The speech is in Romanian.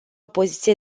poziție